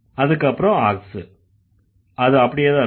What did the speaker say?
அதுக்கப்புறம் aux அது அப்படியேதான் இருக்கும்